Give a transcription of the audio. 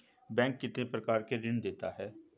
Bank कितने प्रकार के ऋण देता है?